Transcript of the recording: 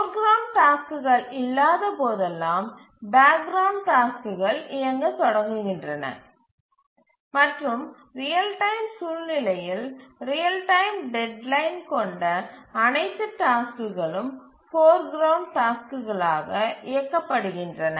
போர் ground டாஸ்க்குகள் இல்லாத போதெல்லாம் பேக் கிரவுண்ட் டாஸ்க்குகள் இயங்கத் தொடங்குகின்றன மற்றும் ரியல் டைம் சூழ்நிலையில் ரியல் டைம் டெட்லைன் கொண்ட அனைத்து டாஸ்க்குகளும் போர் கிரவுண்ட் டாஸ்க்குகளாக இயக்கப்படுகின்றன